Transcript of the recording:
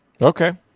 Okay